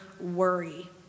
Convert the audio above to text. worry